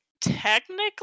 technically